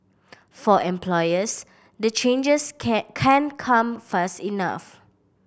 for employers the changes can can't come fast enough